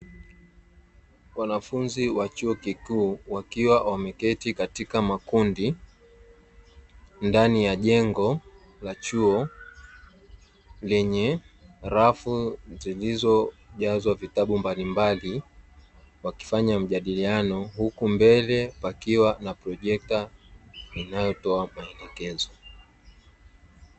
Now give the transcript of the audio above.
Wanafunzi wa chuo kikuu, wakiwa wameketi katika makundi ndani ya jengo la chuo lenye rafu zilizojazwa vitabu mbalimbali, wakifanya majadiliano, huku mbele pakiwa na projekta inayotoa maelekezo.